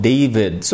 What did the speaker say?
David